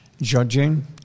judging